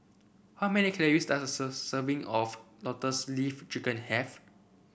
how many calories does a sir serving of Lotus Leaf Chicken have